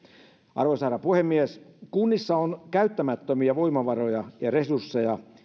arvoisa herra puhemies kunnissa on käyttämättömiä voimavaroja ja resursseja